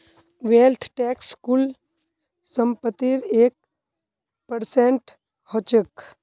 wealth tax कुल संपत्तिर एक परसेंट ह छेक